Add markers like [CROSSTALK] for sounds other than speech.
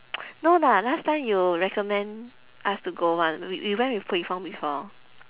[NOISE] no lah last time you recommend us to go one we we went with pui fong before